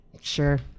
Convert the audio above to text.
Sure